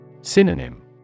Synonym